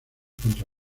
contra